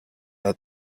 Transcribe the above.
had